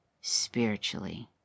spiritually